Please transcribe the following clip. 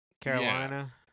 Carolina